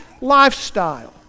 lifestyle